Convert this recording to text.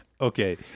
Okay